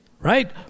right